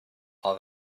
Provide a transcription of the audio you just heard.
all